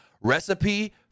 Recipe